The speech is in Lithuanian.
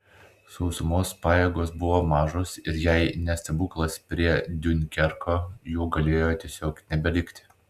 sausumos pajėgos buvo mažos ir jei ne stebuklas prie diunkerko jų galėjo tiesiog nebelikti